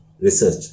research